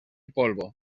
polvo